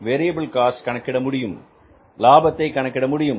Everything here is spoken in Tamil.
வேரியபில் காஸ்ட் கணக்கிட முடியும் லாபத்தை கணக்கிட முடியும்